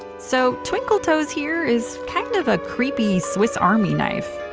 so twinkle-toes here is kind of a creepy swiss army knife.